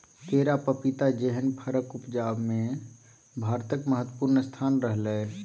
केरा, पपीता जेहन फरक उपजा मे भारतक महत्वपूर्ण स्थान रहलै यै